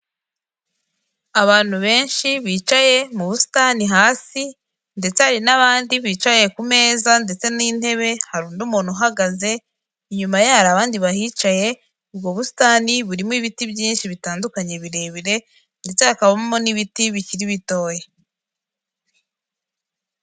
Ubu ni uburyo bwiza buri mu Rwanda kandi bumazemo igihe, buzwi nka manigaramu cyangwa wesiterini yuniyoni ubu buryo rero bumaze igihe bufasha abantu kohereza amafaranga mu mahanga cyangwa kubikuza amafaranga bohererejwe n'umuntu uri mu mahanga mu buryo bwiza kandi bwihuse, kandi bufite umutekano k'uko bimenyerewe hano mu Rwanda.